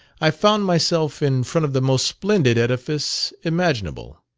i found myself in front of the most splendid edifice imaginable,